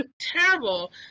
Terrible